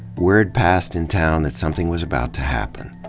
word passed in town that something was about to happen.